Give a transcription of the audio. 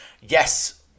Yes